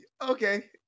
Okay